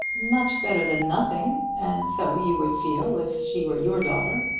much better than nothing. and so you would feel if she were your daughter.